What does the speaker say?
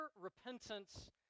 repentance